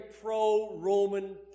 pro-Roman